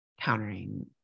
countering